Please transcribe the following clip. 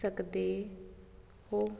ਸਕਦੇ ਹੋ